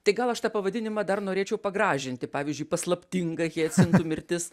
tai gal aš tą pavadinimą dar norėčiau pagražinti pavyzdžiui paslaptinga hiacintų mirtis